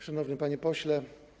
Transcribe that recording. Szanowny Panie Pośle!